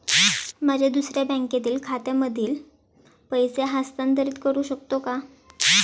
माझ्या दुसऱ्या बँकेतील खात्यामध्ये पैसे हस्तांतरित करू शकतो का?